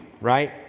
right